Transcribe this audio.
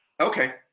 Okay